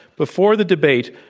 before the debate,